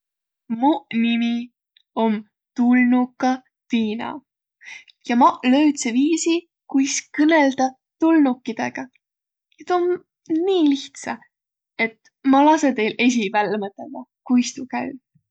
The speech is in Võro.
Muq nimi om Tulnuka Tiina ja maq löüdse viisi, kuis kõnõldaq tulnukidõga, ja tuu om nii lihtsa, et ma lasõ teil esiq vällä mõtõldaq kuis tuu käü.